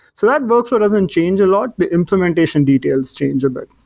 so that workflow doesn't change a lot. the implementation details change a bit